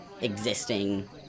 existing